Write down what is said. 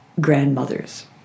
grandmothers